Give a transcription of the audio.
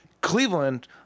Cleveland